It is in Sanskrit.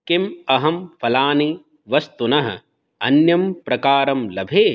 किम् अहं फलानि वस्तूनः अन्यं प्रकारं लभे